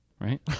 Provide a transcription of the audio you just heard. right